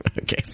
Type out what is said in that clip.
Okay